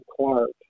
Clark